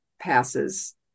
passes